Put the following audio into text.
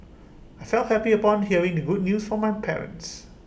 I felt happy upon hearing the good news from my parents